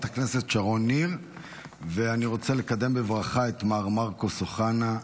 אני רוצה לקדם בברכה את מר מרקוס אוחנה,